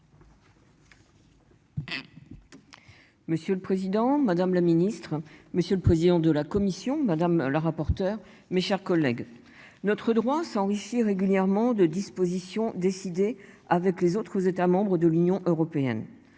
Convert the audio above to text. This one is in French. Monsieur le Président Madame la Ministre monsieur le président de la commission, madame le rapporteur. Mes chers collègues. Notre droit s'enrichit régulièrement de dispositions décidées avec les autres États membres de l'Union européenne.